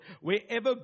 wherever